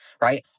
right